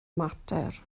mater